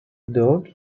dog